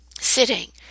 sitting